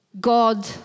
God